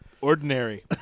Ordinary